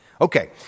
Okay